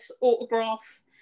autograph